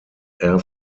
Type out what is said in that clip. air